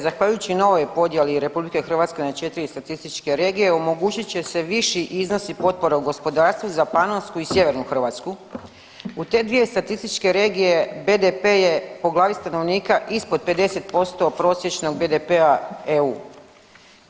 Zahvaljujući novoj podjeli RH na četiri statističke regije omogućit će se viši iznosi potpora u gospodarstvu za Panonsku i Sjevernu Hrvatsku u te dvije statičke regije BDP je po glavi stanovnika ispod 50% prosječnog BDP-a EU.